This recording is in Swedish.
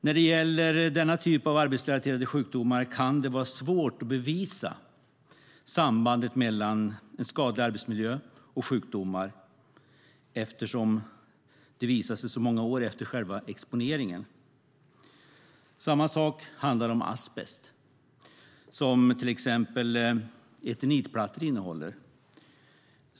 När det gäller denna typ av arbetsrelaterade sjukdomar kan det vara svårt att bevisa sambandet mellan en skadlig arbetsmiljö och sjukdomar eftersom de visar sig så många år efter själva exponeringen. Samma sak gäller asbest, som till exempel eternitplattor innehåller.